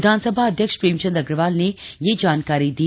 विधानसभा अध्यक्ष प्रेमचंद अग्रवाल ने यह जानकारी दी